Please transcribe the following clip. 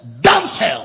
Damsel